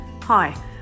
Hi